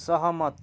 सहमत